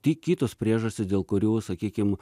tik kitos priežastys dėl kurių sakykim